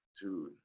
Dude